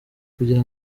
kugira